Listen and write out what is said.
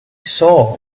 saw